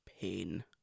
pain